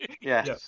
Yes